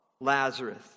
Lazarus